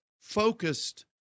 Focused